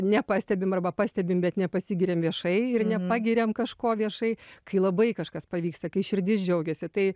nepastebim arba pastebim bet nepasigiriam viešai ir nepagiriam kažko viešai kai labai kažkas pavyksta kai širdis džiaugiasi tai